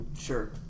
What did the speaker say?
Sure